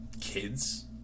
kids